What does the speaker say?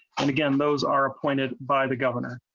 and again those are appointed by the governor.